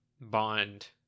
bond